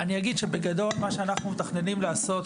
מה שאנחנו מתכננים לעשות,